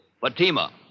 Fatima